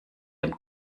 dem